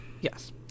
Yes